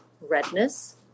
redness